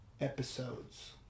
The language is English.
episodes